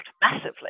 massively